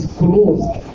closed